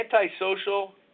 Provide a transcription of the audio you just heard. antisocial